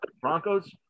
Broncos